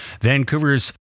Vancouver's